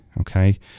okay